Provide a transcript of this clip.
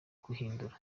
guhindura